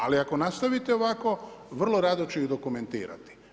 Ali ako nastavite ovako, vrlo rado ću ih dokumentirati.